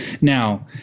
now